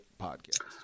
Podcast